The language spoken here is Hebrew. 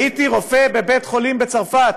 הייתי רופא בבית-חולים בצרפת,